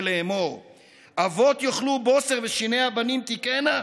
לֵאמֹר אבות יאכלו בֹסֶר ושני הבנים תקהינה.